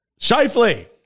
Shifley